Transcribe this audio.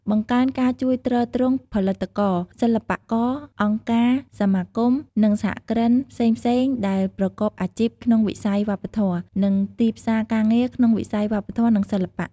បង្កើនការជួយទ្រទ្រង់ផលិតករ សិល្បករ អង្គការ សមាគម និងសហគ្រិនផ្សេងៗដែលប្រកបអាជីពក្នុងវិស័យវប្បធម៌ និងទីផ្សារការងារក្នុងវិស័យវប្បធម៌ និងសិល្បៈ។